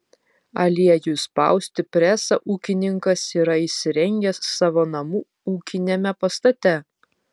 aliejui spausti presą ūkininkas yra įsirengęs savo namų ūkiniame pastate